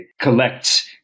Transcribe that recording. collect